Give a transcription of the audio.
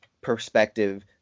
perspective